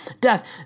death